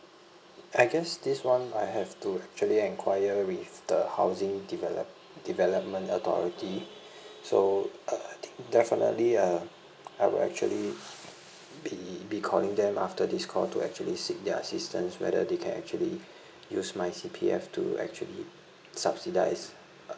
I guess this one I have to actually enquire with the housing develop~ development authority so uh I think definitely uh I will actually be be calling them after this call to actually seek their assistance whether they can actually use my C_P_F to actually subsidise